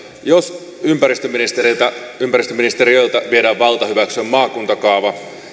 jos ympäristöministeriöltä ympäristöministeriöltä viedään valta hyväksyä maakuntakaava